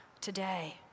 today